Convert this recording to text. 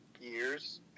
years